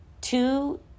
two